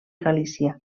galícia